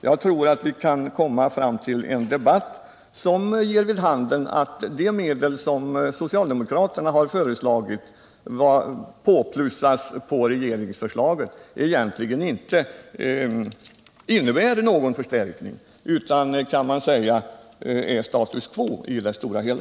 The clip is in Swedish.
Jag tror vi kan komma fram till en debatt som ger vid handen att de medel som enligt socialdemokraternas förslag skall plussas på regeringsförslaget egentligen inte medför någon förstärkning utan innebär status quo i det stora hela.